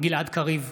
גלעד קריב,